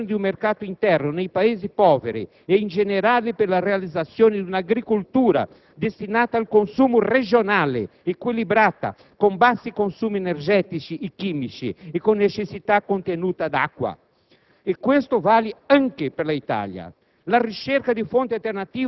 mentre lo sforzo dovrebbe essere concentrato per la costruzione di un mercato interno nei Paesi più poveri e in generale per la realizzazione di una agricoltura destinata al consumo regionale, equilibrata, con bassi consumi energetici e chimici e con necessità contenuta di acqua.